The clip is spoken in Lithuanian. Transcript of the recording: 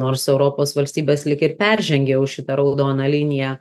nors europos valstybės lyg ir peržengė jau šitą raudoną liniją